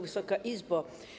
Wysoka Izbo!